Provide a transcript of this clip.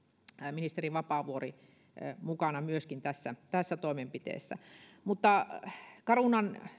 ministeri vapaavuori oli myöskin mukana tässä toimenpiteessä carunan